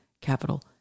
capital